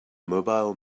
mobile